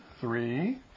three